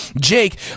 Jake